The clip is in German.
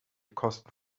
kosten